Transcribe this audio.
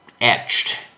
etched